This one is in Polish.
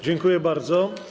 Dziękuję bardzo.